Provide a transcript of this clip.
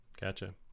Gotcha